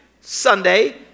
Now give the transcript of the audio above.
Sunday